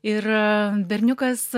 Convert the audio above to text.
ir berniukas